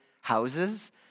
houses